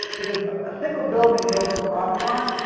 if it's a single building built to the property line,